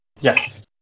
Yes